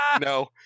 no